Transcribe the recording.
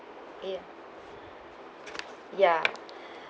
eh ya